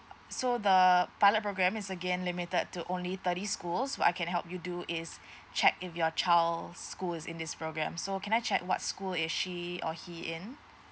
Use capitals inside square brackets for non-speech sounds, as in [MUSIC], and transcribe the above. so the pilot program is again limited to only thirty school so I can help you do is [BREATH] check if your child school is in this program so can I check what school is she or he in